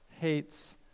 hates